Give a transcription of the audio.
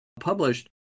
published